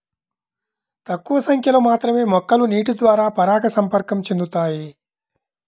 తక్కువ సంఖ్యలో మాత్రమే మొక్కలు నీటిద్వారా పరాగసంపర్కం చెందుతాయి